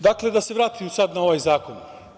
Dakle, da se vratim sad na ovaj zakon.